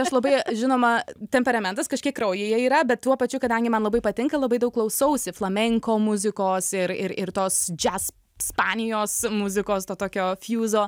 aš labai žinoma temperamentas kažkiek kraujyje yra bet tuo pačiu kadangi man labai patinka labai daug klausausi flamenko muzikos ir ir ir tos džiaz ispanijos muzikos to tokio fjuzo